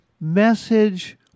message